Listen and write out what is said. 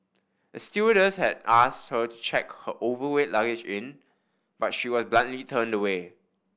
a stewardess had asked her to check her overweight luggage in but she was bluntly turned away